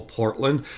portland